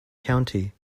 county